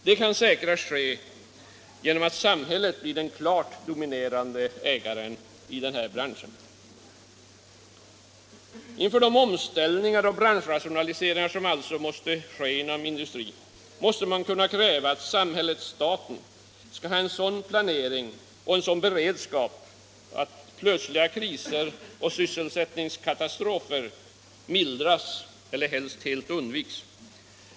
Detta kan säkrast ske om samhället blir den klart dominerande ägaren i den här branschen. Inför de omställningar och branschrationaliseringar som alltid måste ske inom industrin måste man kunna kräva att samhället/staten har en sådan planering och en sådan beredskap att plötsliga kriser och sysselsättningskatastrofer mildras eller helst helt undviks.